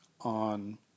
on